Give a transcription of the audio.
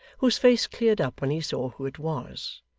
whose face cleared up when he saw who it was,